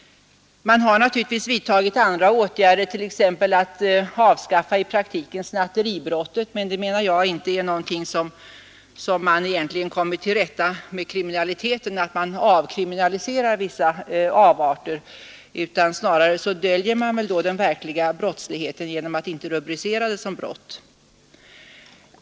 Man har också vidtagit andra åtgärder, t.ex. att i praktiken avskaffa snatteribrottet. Jag menar att man inte kommer till rätta med kriminaliteten genom att avkriminalisera vissa avarter — snarare döljer man då den verkliga brottsligheten genom att inte rubricera gärningen som brott.